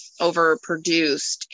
overproduced